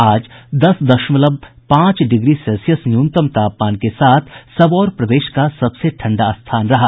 आज दस दशमलव पांच डिग्री सेल्सियस न्यूनतम तापमान के साथ सबौर प्रदेश का सबसे ठंडा स्थान रहा